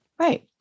Right